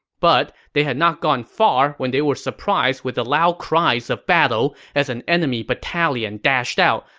but they had not gone far when they were surprised with the loud cries of battle as an enemy battalion dashed out,